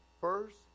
First